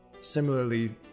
similarly